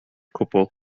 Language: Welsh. cwbl